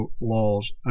laws